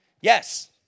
Yes